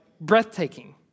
breathtaking